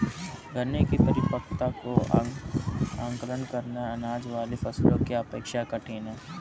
गन्ने की परिपक्वता का आंकलन करना, अनाज वाली फसलों की अपेक्षा कठिन है